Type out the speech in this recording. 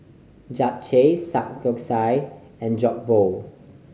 Japchae Samgyeopsal and Jokbal